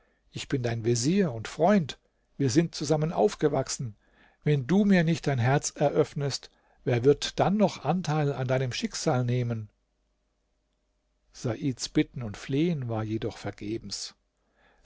ich bin dein vezier und freund wir sind zusammen aufgewachsen wenn du mir nicht dein herz eröffnest wer wird dann noch anteil an deinem schicksal nehmen saids bitten und flehen war jedoch vergebens